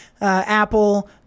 Apple